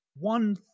One